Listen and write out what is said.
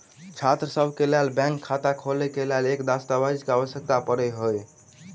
छात्रसभ केँ लेल बैंक खाता खोले केँ लेल केँ दस्तावेज केँ आवश्यकता पड़े हय?